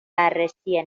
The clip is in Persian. بررسی